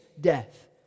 death